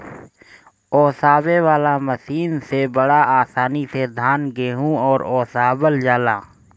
ओसावे वाला मशीन से बड़ा आसानी से धान, गेंहू आदि ओसावल जाला